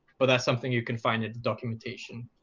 but that's something you can find in documentation.